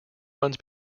runs